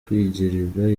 kwigirira